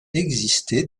existé